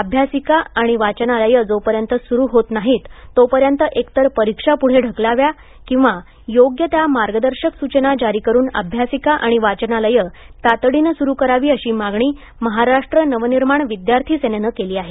अभ्यासिका आणि वाचनालयं जो पर्यंत सुरू होत नाही तो पर्यंत एकतर परीक्षा पूढे ढकलाव्या किंवा योग्य त्या मार्गदर्शक सूचना जारी करून अभ्यासिका आणि वाचनालयं तातडीनं सुरू करावी अशी मागणी महाराष्ट्र नवनिर्माण विद्यार्थी सेनेनं केली आहे